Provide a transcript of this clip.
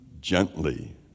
gently